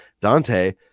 Dante